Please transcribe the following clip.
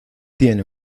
tiene